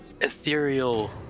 ethereal